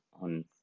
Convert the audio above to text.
on